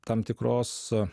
tam tikros